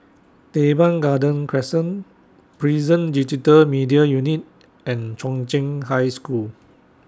Teban Garden Crescent Prison Digital Media Unit and Chung Cheng High School